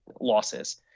losses